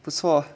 不错